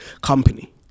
company